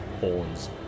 horns